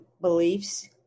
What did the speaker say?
beliefs